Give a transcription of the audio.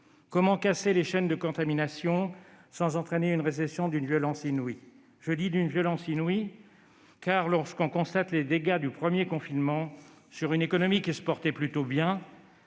Comment casser les chaînes de contamination sans entraîner une récession d'une violence inouïe ? Je dis d'une violence inouïe, car, au vu des dégâts du premier confinement sur une économie qui se portait plutôt bien,